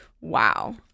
wow